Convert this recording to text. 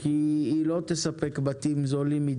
כי היא לא תספק בתים זולים.